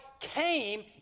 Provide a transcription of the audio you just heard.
came